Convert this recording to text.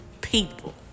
people